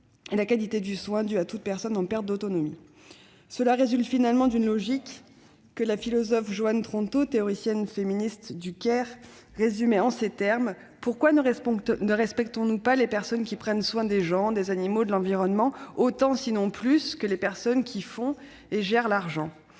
la qualité du soin dû à toute personne en perte d'autonomie. Cela résulte finalement d'une logique que la philosophe Joan Tronto, théoricienne féministe du « care », résumait en ces termes :« Pourquoi ne respectons-nous pas les personnes qui prennent soin des gens, des animaux et de l'environnement autant, sinon plus, que les personnes qui font et gèrent l'argent ?